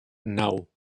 naŭ